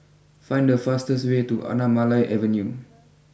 find the fastest way to Anamalai Avenue